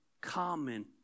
common